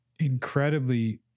incredibly